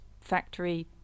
factory